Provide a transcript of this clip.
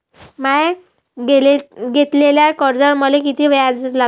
म्या घेतलेल्या कर्जावर मले किती व्याज लागन?